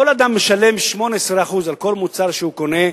כל אדם משלם 18% על כל מוצר שהוא קונה,